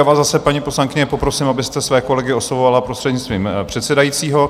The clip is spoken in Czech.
Já vás zase, paní poslankyně, poprosím, abyste své kolegy oslovovala prostřednictvím předsedajícího.